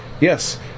yes